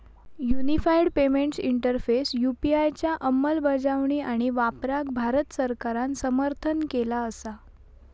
unified payments interface UPI च्या अंमलबजावणी आणि वापराक भारत सरकारान समर्थन केला असा